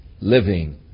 living